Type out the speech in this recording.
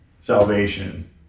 salvation